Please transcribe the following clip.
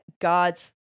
gods